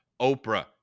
Oprah